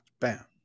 bam